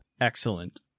Excellent